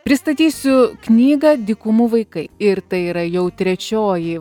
pristatysiu knygą dykumų vaikai ir tai yra jau trečioji